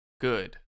Good